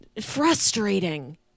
frustrating